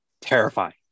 terrifying